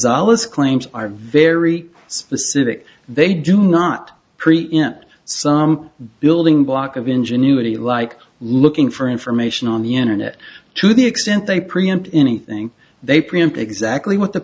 solace claims are very specific they do not preach yet some building block of ingenuity like looking for information on the internet to the extent they preempt anything they preempt exactly what the